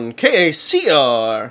kacr